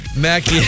Mackie